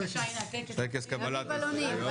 התשפ"א-2021.